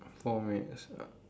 four minutes